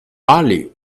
early